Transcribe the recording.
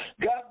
God